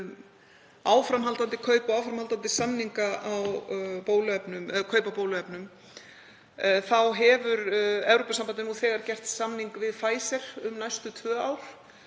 Fyrst varðandi áframhaldandi samninga um kaup á bóluefnum þá hefur Evrópusambandið nú þegar gert samning við Pfizer um næstu tvö ár.